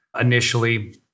initially